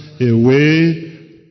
away